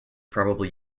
probably